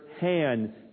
hand